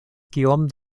kiom